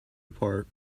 apart